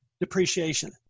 depreciation